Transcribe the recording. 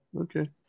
Okay